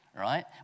right